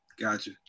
Gotcha